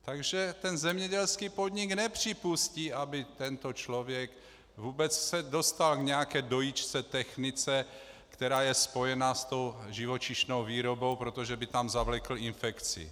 Takže ten zemědělský podnik nepřipustí, aby se tento člověk vůbec dostal k nějaké dojičce, technice, která je spojena se živočišnou výrobou, protože by tam zavlekl infekci.